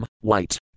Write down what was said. white